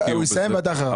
הוא יסיים ואתה אחריו.